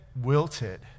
wilted